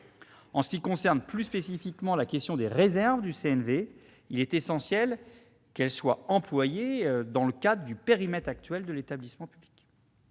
En ce qui concerne plus spécifiquement les réserves du CNV, il est essentiel qu'elles soient employées dans le cadre du périmètre actuel de l'établissement public.